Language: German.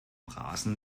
rasen